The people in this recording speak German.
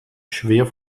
schwer